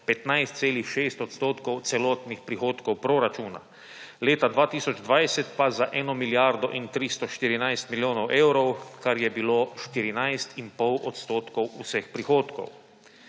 15,6 % celotnih prihodkov proračuna. Leta 2020 pa za 1 milijardo in 314 milijonov evrov, kar je bilo 14,5 odstotkov vseh prihodkov.